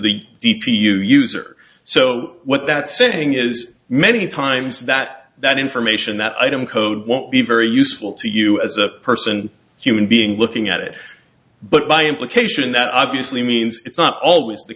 you use or so what that saying is many times that that information that item code won't be very useful to you as a person human being looking at it but by implication that obviously means it's not always the